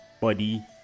body